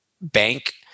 bank